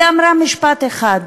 היא אמרה משפט אחד,